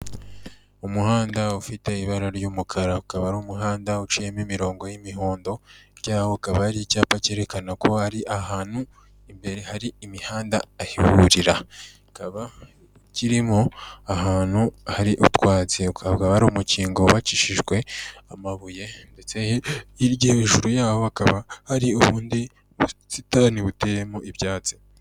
Umuhanda ufite ibara ry'umukara, ukaba ari umuhanda uciyemo imirongo y'imihondo, hirya yawo ukaba ari icyapa cyerekana ko hari ahantu imbere hari imihanda ayiburira, ikaba kirimo ahantu hari utwatsi ukabwa wari umukingo wacishijwe, amabuye ndetse hejuru yaho hakaba hari ubundi busitani buteyemo ibyatsi.